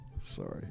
sorry